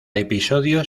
episodio